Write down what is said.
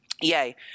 yay